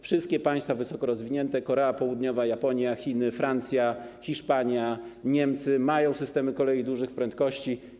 Wszystkie państwa wysokorozwinięte, np. Korea Południowa, Japonia, Chiny, Francja, Hiszpania, Niemcy, mają systemy kolei dużych prędkości.